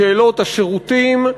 בשאלות השירותים,